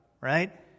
right